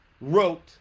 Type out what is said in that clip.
wrote